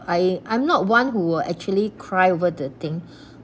I I'm not one who will actually cry over the thing